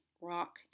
rock